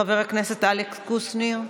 חבר הכנסת אלכס קושניר,